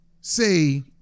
say